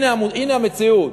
הנה המציאות.